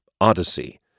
Odyssey